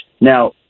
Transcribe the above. Now